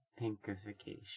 Pinkification